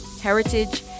heritage